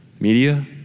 media